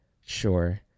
sure